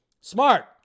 smart